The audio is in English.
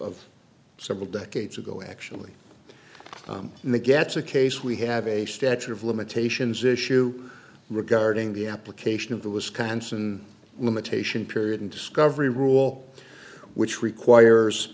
of several decades ago actually and that gets a case we have a statute of limitations issue regarding the application of the wisconsin limitation period and discovery rule which requires